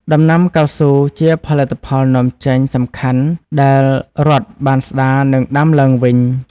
ដំណាំកៅស៊ូជាផលិតផលនាំចេញសំខាន់ ដែលរដ្ឋបានស្តារ និងដាំឡើងវិញ។